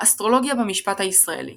האסטרולוגיה במשפט הישראלי